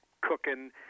cooking